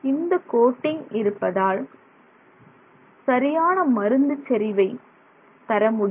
இந்த கோட்டிங் இருப்பதால் சரியான மருந்துச் செறிவை தர முடியும்